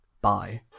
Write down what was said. Bye